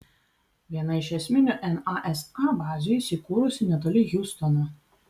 viena iš esminių nasa bazių įsikūrusi netoli hjustono